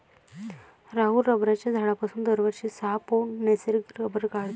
राहुल रबराच्या झाडापासून दरवर्षी सहा पौंड नैसर्गिक रबर काढतो